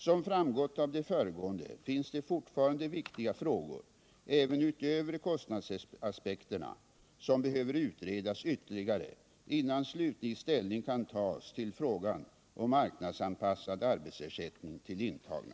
Som framgått av det föregående finns det fortfarande viktiga frågor — även utöver kostnadsaspekterna — som behöver utredas ytterligare, innan slutlig ställning kan tas till frågan om marknadsanpassad arbetsersättning till intagna.